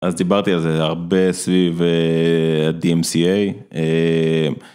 אז דיברתי על זה הרבה סביב ה-DMCA.